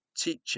teaching